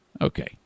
Okay